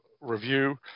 review